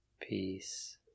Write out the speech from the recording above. peace